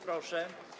Proszę.